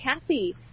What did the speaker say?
Kathy